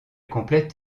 complète